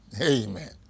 Amen